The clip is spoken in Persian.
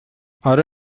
آره